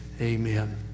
Amen